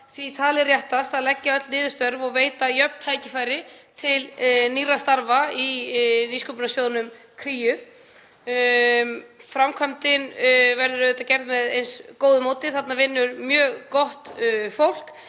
því talið réttast að leggja niður öll störfin og veita jöfn tækifæri til nýrra starfa hjá Nýsköpunarsjóðnum Kríu. Framkvæmdin verður auðvitað gerð með eins góðu móti og hægt er, þarna vinnur mjög gott fólk.